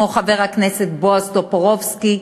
כמו חבר הכנסת בועז טופורובסקי,